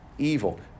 evil